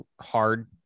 hard